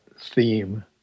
theme